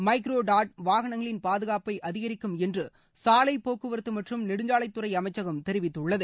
microdot வாகனங்களின் பாதுகாப்பை அதிகரிக்கும் என்று சாலைப்போக்குவரத்து மற்றம் நெடுஞ்சாலைத்துறை அமைச்சகம் தெரிவித்துள்ளது